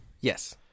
Yes